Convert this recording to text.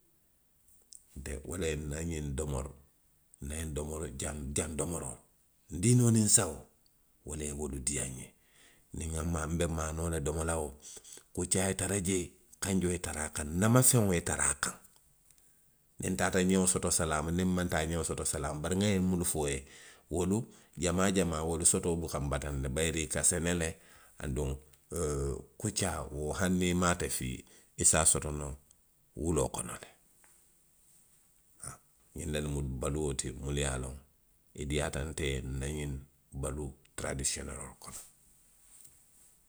Nte, wo le ye nna ňiŋ domoroo, nna ňiŋ domoroo jaŋ, jaŋ domoroo. ndiinoo niŋ nsawoo. wo le ye wolu diiyaa nňe. niŋ nŋa maanoo. nbe maanoo. kanjoo ye tara a kaŋ. nama feŋo ye tara a kaŋ. Niŋ ntaata ňeo soto salaamu, niŋ nmaŋ taa ňeo soto salaamu. bari nŋa ňinnu muŋ fo i ye. wolu jamaa jamaa, wolu sotoo buka nbataandi, bayiri i ka sene le, aduŋ. oo kuccaa hani i maŋ ate fii, i se a soto noo wuloo kono le, haa. Xinnu lemu baluo ti mulu ye a loŋ i diiyaata nte ye nna ňiŋ baluu taradisiyoneloolu kono.